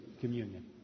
communion